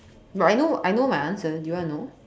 I know I know my answer do you wanna know